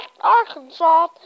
Arkansas